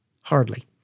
Hardly